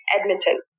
Edmonton